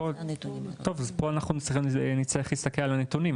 טוב פה אנחנו נצטרך להסתכל על הנתונים,